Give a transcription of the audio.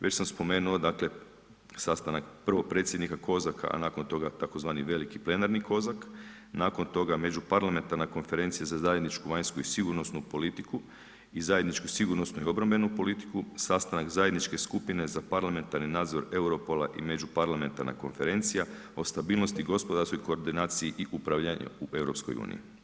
Već sam spomenuo dakle sastanak prvo predsjednika COSAC-a a nakon toga tzv. veliki plenarni COSAC, nakon toga Međuparlamentarna konferencija za zajedničku vanjsku i sigurnosnu politiku i zajedničku sigurnosnu i obrambenu politiku, sastanak zajedničke skupine za parlamentarni nadzor Europola i Međuparlamentarna konferencija, o stabilnosti i gospodarskoj koordinaciji i upravljanju u EU.